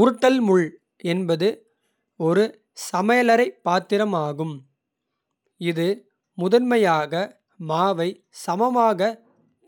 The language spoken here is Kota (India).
உருட்டல் முள் என்பது ஒரு சமையலறைப் பாத்திரம் ஆகும். இது முதன்மையாக மாவை சமமாகத்